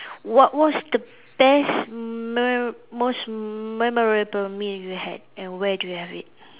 what was the best me~ most memorable meal you had and where do you have it